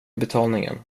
betalningen